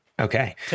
Okay